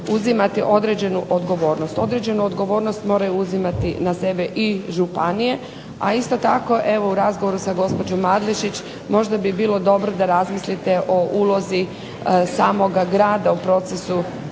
uzimati određenu odgovornost. Određenu odgovornost moraju uzimati na sebe i županije, a isto tako u razgovoru sa gospođom Adlešić, možda bi bilo dobro da razmislite o ulozi samoga grada u procesu